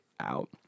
out